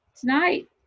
tonight